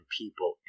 people